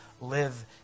live